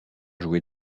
jouait